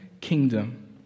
kingdom